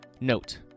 Note